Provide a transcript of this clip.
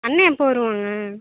அண்ணன் எப்போது வருவாங்க